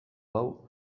hau